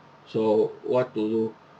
so what to do